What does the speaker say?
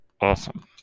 awesome